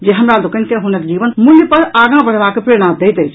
जे हमरा लोकनि के हुनक जीवन मुल्य पर आगाँ बढ़बाक प्रेरणा दैत अछि